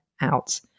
out